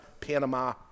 Panama